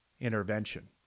intervention